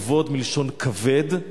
"כבוד" מלשון "כבד",